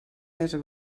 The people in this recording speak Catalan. més